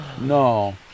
No